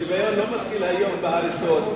השוויון לא מתחיל היום בהריסות,